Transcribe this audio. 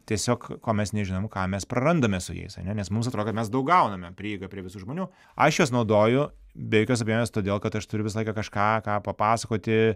tiesiog ko mes nežinom ką mes prarandame su jais ane nes mums atrodo kad mes daug gauname prieigą prie visų žmonių aš juos naudoju be jokios abejonės todėl kad aš turiu visą laiką kažką ką papasakoti